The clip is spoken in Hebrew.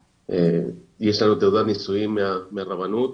יש לנו תעודת נישואים מהרבנות.